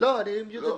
יש פרק